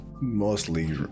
mostly